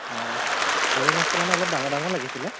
অঁ গৰৈ মাছটো মানে অলপ ডাঙৰ ডাঙৰ লাগিছিলে